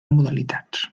modalitats